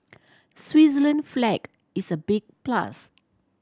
Switzerland flag is a big plus